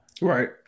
right